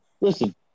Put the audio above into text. Listen